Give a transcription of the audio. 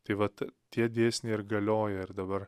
tai vat tie dėsniai ir galioja ir dabar